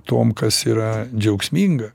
tuom kas yra džiaugsminga